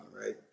right